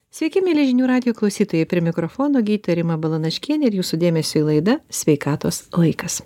sveiki mieli žinių radijo klausytojai prie mikrofono gydytoja rima balanaškienė ir jūsų dėmesiui laida sveikatos laikas